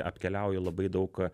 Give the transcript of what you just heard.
apkeliauju labai daug